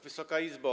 Wysoka Izbo!